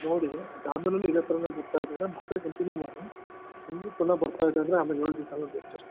ನೋಡಿ ಅದು ಆದ್ಮೇಲೆಯೂ ಇದೇ ಥರವೇ ಬರ್ತಾ ಇದೆ ಅಂದರೆ ಮಾತ್ರೆ ಕಂಟಿನ್ಯೂ ಮಾಡಿ ಹಾಗೆ ಪುನಃ ಬರ್ತಾ ಇದೆ ಅಂದರೆ ಆಮೇಲೆ ಏಳು ದಿವಸ ಆದ್ಮೇಲೆ ಬ್ಲಡ್ ಟೆಸ್ಟ್ ಮಾಡ್ಸೋಣ